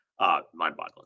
Mind-boggling